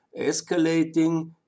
escalating